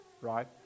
right